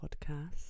Podcast